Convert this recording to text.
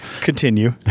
Continue